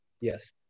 Yes